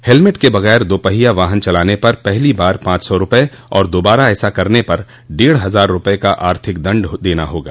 helmet के बगैर दोपहिया वाहन चलाने पर पहली बार पांच सौ रुपये और दोबारा ऐसा करने पर डेढ़ हजार रुपये का आर्थिक दंड देना होगा